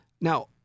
Now